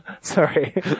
sorry